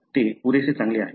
ते पुरेसे चांगले आहे